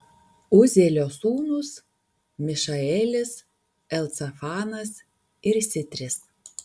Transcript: uzielio sūnūs mišaelis elcafanas ir sitris